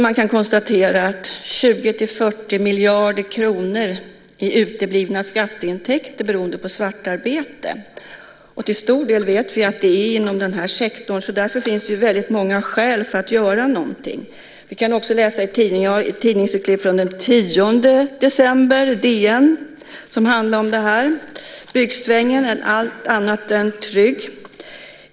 Man konstaterar att 20-40 miljarder kronor i uteblivna skatteintäkter beror på svartarbete. Till stor del vet vi att det är inom denna sektor. Därför finns det väldigt många skäl till att göra någonting. Jag har ett tidningsurklipp från DN den 10 december som handlar om det här. Det står att byggsvängen är allt annat än trygg.